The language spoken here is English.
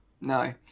no